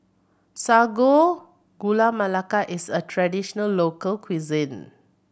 Sago Gula Melaka is a traditional local cuisine